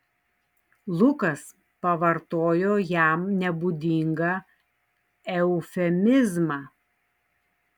lukas pavartojo jam nebūdingą eufemizmą